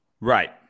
Right